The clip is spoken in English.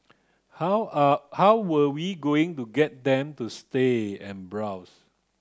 how are how were we going to get them to stay and browse